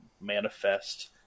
manifest